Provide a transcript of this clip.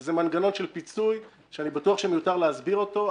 זה מנגנון של פיצוי שאני בטוח שמיותר להסביר אותו,